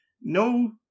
No